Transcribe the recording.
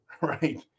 right